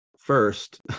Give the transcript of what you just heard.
First